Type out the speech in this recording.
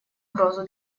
угрозу